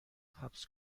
حبس